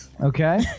Okay